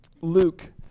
Luke